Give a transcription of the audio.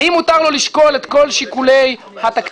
האם מותר לו לשקול את כל שיקולי התקציב